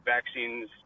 Vaccines